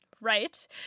Right